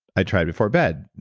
i tried before bed,